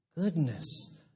Goodness